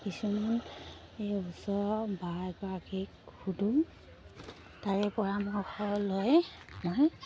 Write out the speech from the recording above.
কিছুমান এই ওচৰৰ বা এগৰাকীক সুধোঁ তাইৰে পৰামৰ্শ লৈ মই